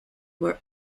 were